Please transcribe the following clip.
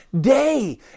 day